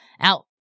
out